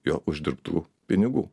jo uždirbtų pinigų